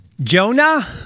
Jonah